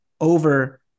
over